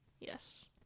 yes